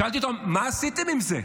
שאלתי אותם: מה עשיתם עם זה?